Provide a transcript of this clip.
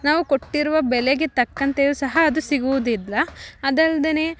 ನಾವು ಕೊಟ್ಟಿರುವ ಬೆಲೆಗೆ ತಕ್ಕಂತೆಯು ಸಹ ಅದು ಸಿಗುವುದಿಲ್ಲ ಅದಲ್ದೆನೆ